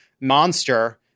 monster